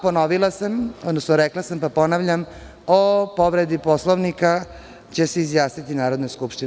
Ponovila sam, odnosno rekla sam pa ponavljam, o povredi Poslovnika će se izjasniti Narodna skupština.